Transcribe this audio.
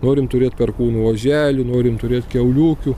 norim turėt perkūnų oželių norim turėt kiauliukių